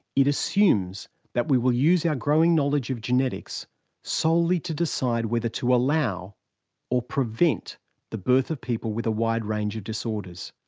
it assumes that we will use our growing knowledge of genetics solely to decide whether to allow or prevent the birth of people with a wide range of disorders.